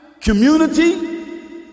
community